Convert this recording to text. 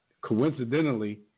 coincidentally